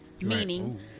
Meaning